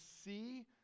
see